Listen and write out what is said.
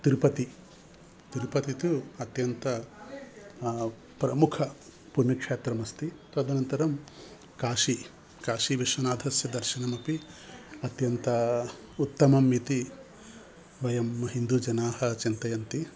तिरुपतिः तिरुपतिः तु अत्यन्तं प्रमुखपुण्यक्षेत्रमस्ति तदनन्तरं काशी काशीविश्वनाथस्य दर्शनमपि अत्यन्तम् उत्तमम् इति वयं हिन्दुजनाः चिन्तयन्ति